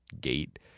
gate